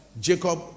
Jacob